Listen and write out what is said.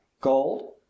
Gold